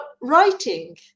writing